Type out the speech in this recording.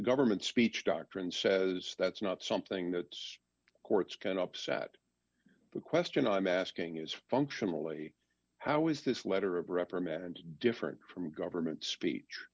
government speech doctrine says that's not something that courts can upset the question i'm asking is functionally how is this letter of reprimand different from government speech